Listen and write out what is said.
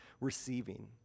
receiving